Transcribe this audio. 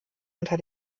unter